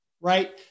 right